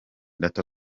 data